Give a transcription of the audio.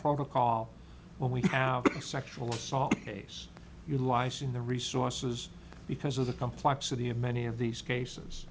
protocol when we have a sexual assault case you lies in the resources because of the complexity of many of these cases